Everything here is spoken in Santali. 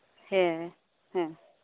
ᱦᱮᱸ ᱦᱮᱸ